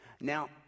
Now